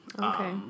Okay